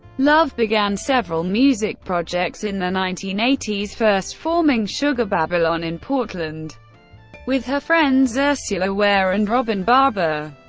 love began several music projects in the nineteen eighty s, first forming sugar babylon in portland with her friends ursula wehr and robin barbur.